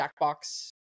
jackbox